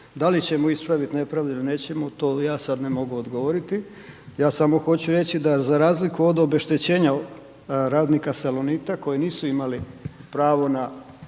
da li ćemo ispraviti nepravdu ili nećemo, to ja sada ne mogu odgovoriti. Ja samo hoću reći da za razliku od obeštećenja radnika „Salonita“ koji nisu imali pravo